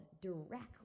directly